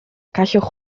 gallwch